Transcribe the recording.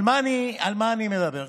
על מה אני מדבר?